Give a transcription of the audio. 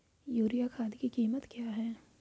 Urea खाद की कीमत क्या है?